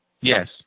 Yes